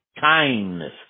kindness